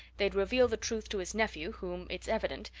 they'd reveal the truth to his nephew, whom, it's evident,